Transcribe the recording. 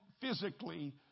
physically